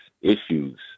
issues